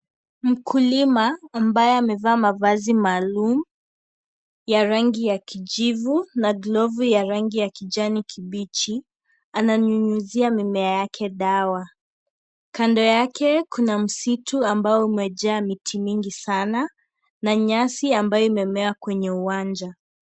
Mkulima ambaye amevaa mavazi maalum ya rangi ya kijivu na glovu ya rangi ya kijani kibichi ,ananyunyuzia mimea yake dawa kando yake kuna msitu ambao umejaa miti mingi sana na nyasi ambayo imemea kwenye uwanja .